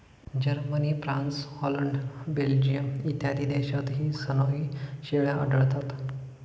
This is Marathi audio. जर्मनी, फ्रान्स, हॉलंड, बेल्जियम इत्यादी देशांतही सनोई शेळ्या आढळतात